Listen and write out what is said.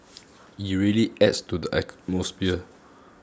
it really adds to the atmosphere